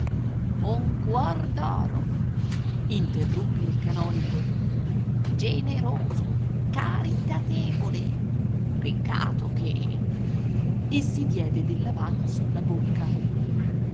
cuor d'oro interruppe il canonico generoso caritatevole peccato che e si diede della mano sulla bocca